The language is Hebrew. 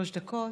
שלוש דקות.